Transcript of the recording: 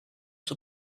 sus